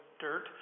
dirt